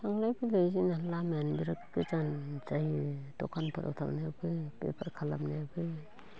थांलाय फैलाय जोंहा लामायानो बिराद गोजान जायो दखानफोराव थांनायावबो बेफार खालामनायावबो